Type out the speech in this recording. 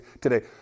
today